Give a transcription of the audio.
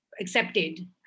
accepted